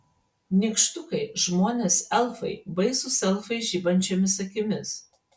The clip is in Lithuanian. nykštukai žmonės elfai baisūs elfai žibančiomis akimis